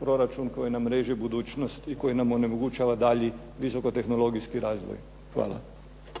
proračun koji nam reže budućnost i koja nam onemogućava dalji visokotehnologijski razvoj. Hvala.